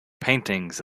paintings